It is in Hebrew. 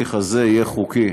שההליך הזה יהיה חוקי.